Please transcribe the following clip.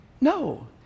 No